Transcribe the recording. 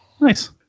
nice